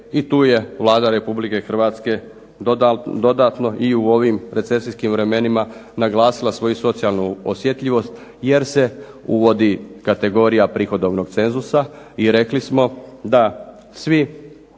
i tu je Vlada Republike Hrvatske dodatno i u ovim recesijskim vremenima naglasila svoju socijalnu osjetljivost jer se uvodi kategorija prihodovnog cenzusa i rekli smo da svi